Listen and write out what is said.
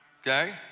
okay